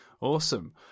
Awesome